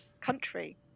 country